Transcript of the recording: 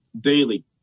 daily